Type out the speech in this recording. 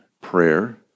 prayer